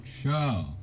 show